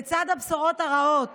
לצד הבשורות הרעות